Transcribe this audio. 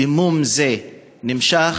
דימום זה נמשך,